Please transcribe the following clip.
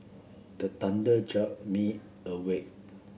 the thunder jolt me awake